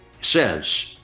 says